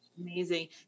Amazing